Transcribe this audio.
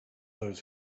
those